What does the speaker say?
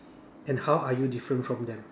and how are you different from them